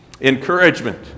encouragement